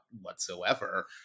whatsoever